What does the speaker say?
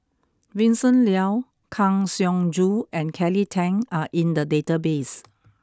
Vincent Leow Kang Siong Joo and Kelly Tang are in the database